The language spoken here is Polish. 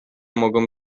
mogą